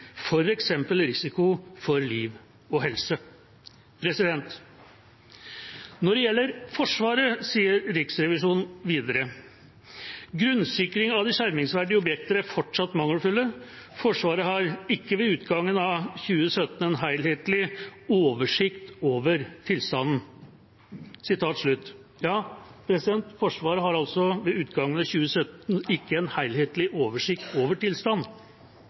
f.eks. risiko for liv og helse. Når det gjelder Forsvaret, sier Riksrevisjonen videre: «Grunnsikringen av de skjermingsverdige objektene er fortsatt mangelfull.» Forsvaret har ikke ved utgangen av 2017 «en helhetlig oversikt over tilstanden». Forsvaret har altså ved utgangen av 2017 ikke en helhetlig oversikt over